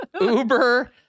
Uber